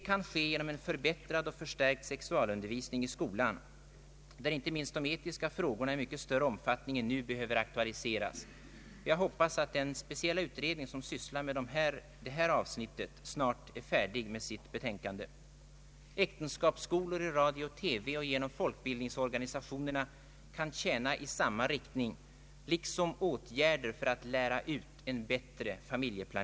Jag är angelägen att understryka att det väl ändå skulle te sig orimligt, om riksdagen skulle uttala sig på ett sådant sätt att man är negativ inte bara till opinionsbildning av extrem art utan till seriös opinionsbildning i en av de svåraste samhällsfrågor som vi har att ta ställning till.